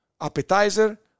Appetizer